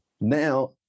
Now